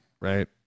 right